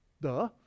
Duh